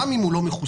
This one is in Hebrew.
גם אם הוא לא מחוסן.